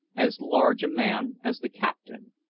as large a man as the captain.